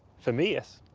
for me, yes.